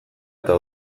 eta